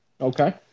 Okay